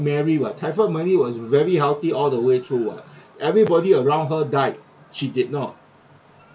mary [what] typhoid mary was very healthy all the way through [what] everybody around her died she did not